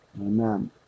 Amen